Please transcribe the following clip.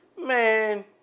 Man